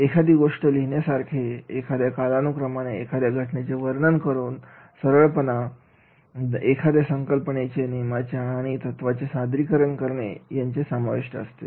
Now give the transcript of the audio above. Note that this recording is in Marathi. एखादी गोष्ट लिहिण्यासारखे यामध्ये कालानुक्रमाने एखाद्या घटनेचे वर्णन करून सरळपणा एखाद्या संकल्पनेचे नियमाचे किंवा तत्त्वाचे सादरीकरण करणे समाविष्ट असते